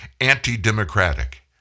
anti-democratic